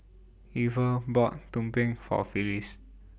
Iver bought Tumpeng For Phylis